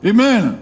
Amen